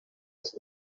was